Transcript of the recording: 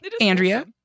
Andrea